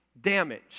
damage